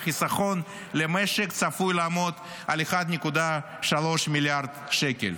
והחיסכון למשק צפוי לעמוד על 1.3 מיליארד שקל.